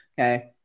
okay